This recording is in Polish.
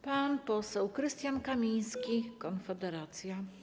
Pan poseł Krystian Kamiński, Konfederacja.